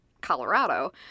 Colorado